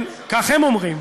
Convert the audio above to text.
כך הם אומרים,